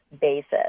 basis